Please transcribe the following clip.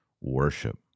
worship